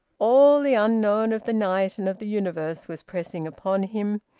all the unknown of the night and of the universe was pressing upon him,